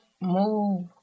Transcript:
move